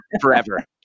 forever